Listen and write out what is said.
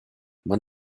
man